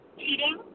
cheating